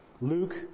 Luke